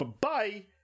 Bye